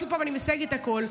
שוב, אני מסייגת הכול.